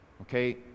Okay